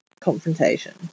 confrontation